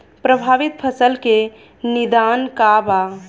प्रभावित फसल के निदान का बा?